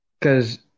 cause